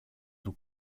του